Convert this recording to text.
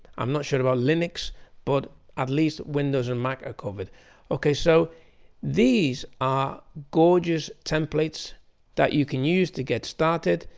i'm not sure about linux but at least windows and mac are covered okay. so these are gorgeous templates that you can use to get started,